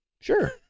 Sure